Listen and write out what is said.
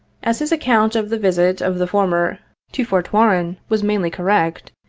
as his account of the visit of the former to fort warren was mainly correct,